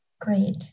Great